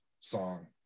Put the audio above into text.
song